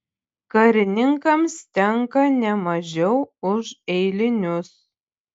karininkams tenka ne mažiau už eilinius